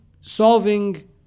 solving